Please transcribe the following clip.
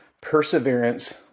perseverance